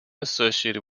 associated